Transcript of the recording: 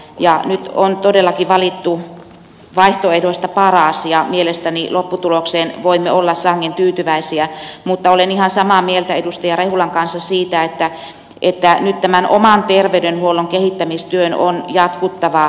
nyt on todellakin valittu vaihtoehdoista paras ja mielestäni lopputulokseen voimme olla sangen tyytyväisiä mutta olen ihan samaa mieltä edustaja rehulan kanssa siitä että nyt tämän oman terveydenhuoltomme kehittämistyön on jatkuttava